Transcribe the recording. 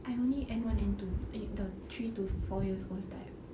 I only N one N two the three to four years old type